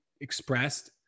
expressed